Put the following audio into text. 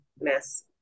miss